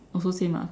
also same lah